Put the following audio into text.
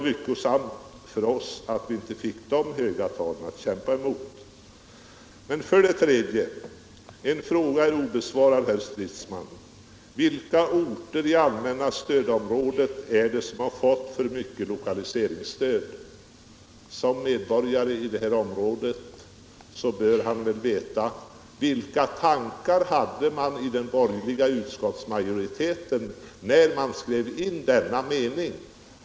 En fråga är emellertid obesvarad, herr Stridsman: Vilka orter inom det allmänna stödområdet har fått för mycket lokaliseringsstöd? Som medborgare i detta område bör herr Stridsman väl veta vilka tankar som fanns inom den borgerliga utskottsmajoriteten när den här meningen skrevs in.